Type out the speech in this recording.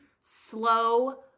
slow